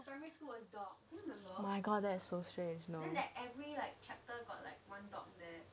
oh my god that is so strange no